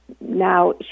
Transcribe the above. now